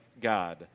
God